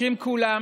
צריכים כולם